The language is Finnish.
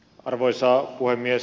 arvoisa puhemies